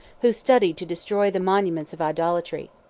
who studied to destroy the monuments of idolatry.